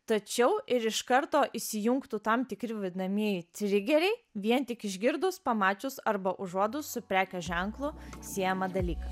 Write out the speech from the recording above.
tačiau ir iš karto įsijungtų tam tikri vadinamieji trigeriai vien tik išgirdus pamačius arba užuodus su prekės ženklu siejamą dalyką